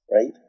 right